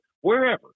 Wherever